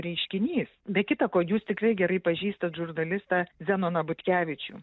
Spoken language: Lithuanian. reiškinys be kita ko jūs tikrai gerai pažįstat žurnalistą zenoną butkevičių